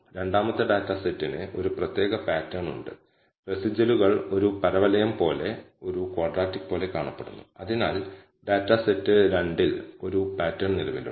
അതിനാൽ ഈ പ്രത്യേക ഹൈപോതെസിസ് ടെസ്റ്റിംഗിനെ പുനർവ്യാഖ്യാനം ചെയ്യാവുന്നതാണ് β1 0 എന്നാണത് സൂചിപ്പിക്കുന്നത്